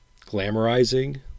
glamorizing